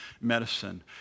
medicine